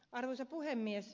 arvoisa puhemies